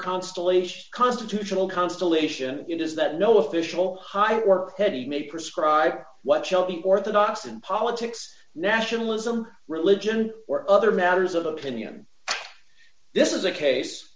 constellation constitutional constellation it is that no official high work heading may prescribe what shall be orthodox in politics nationalism religion or other matters of opinion this is a case